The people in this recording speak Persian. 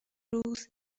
روز